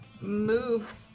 move